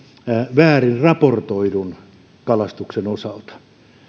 väärin raportoidun kalastuksen osalta